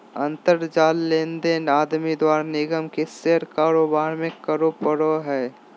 अंतर जाल लेनदेन आदमी द्वारा निगम के शेयर कारोबार में करे पड़ो हइ